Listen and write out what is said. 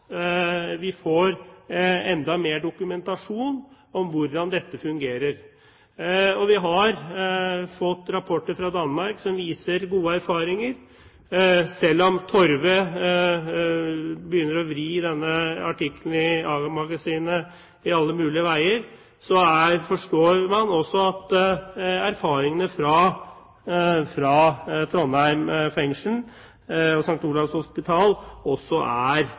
fungerer. Vi har fått rapporter fra Danmark som viser gode erfaringer. Selv om Torve begynner å vri innholdet i artikkelen i A-magasinet i alle mulige retninger, forstår man at erfaringene fra Trondheim fengsel og St. Olavs hospital også er